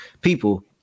people